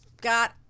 got